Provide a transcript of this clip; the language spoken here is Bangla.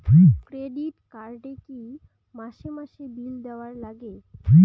ক্রেডিট কার্ড এ কি মাসে মাসে বিল দেওয়ার লাগে?